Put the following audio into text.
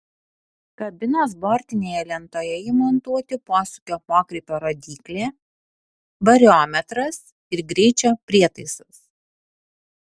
kabinos bortinėje lentoje įmontuoti posūkio pokrypio rodyklė variometras ir greičio prietaisas